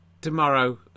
tomorrow